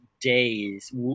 days